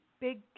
big